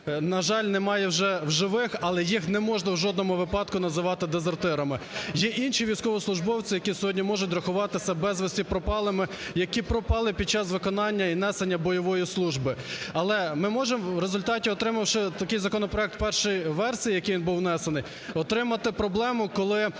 на жаль, немає вже у живих, але їх неможна у жодному випадку називати дезертирами. Є інші військовослужбовці, які сьогодні можуть рахуватися безвісті пропалими, які пропали під час виконання і несення бойової служби. Але ми можемо у результаті, отримавши такий законопроект в першій версії, в якій він був внесений, отримати проблему, коли